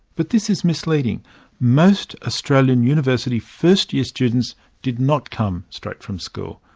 but this is misleading most australian university first-year students did not come straight from school.